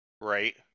right